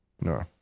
No